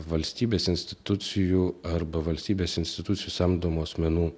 valstybės institucijų arba valstybės institucijų samdomų asmenų